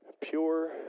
Pure